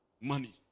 money